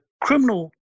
criminal